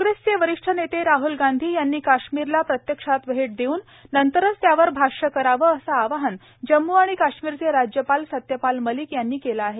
कांग्रेसचे वरिष्ठ नेते राहल गांधी यांनी काश्मीरला प्रत्येक्षात भेट देऊन नंतरच त्यावर भाष्य करावं असं आवाहन जम्मू आणि काश्मीरचे राज्यपाल सत्यपाल मलिक यांनी केलं आहे